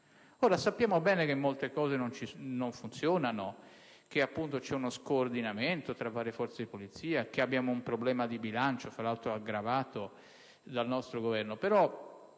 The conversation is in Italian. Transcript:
Sappiamo bene che certe cose non funzionano, che c'è uno scoordinamento tra varie forze di polizia, che abbiamo un problema di bilancio (fra l'altro, aggravato dal nostro Governo), però,